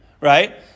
right